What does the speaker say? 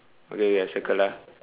okay okay I circle ah